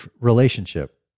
relationship